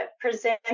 present